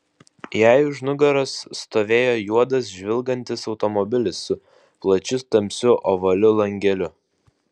jai už nugaros stovėjo juodas žvilgantis automatas su plačiu tamsiu ovaliu langeliu